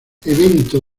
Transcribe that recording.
evento